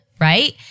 right